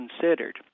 considered